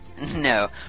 No